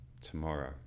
tomorrow